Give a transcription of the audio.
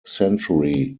century